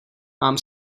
mám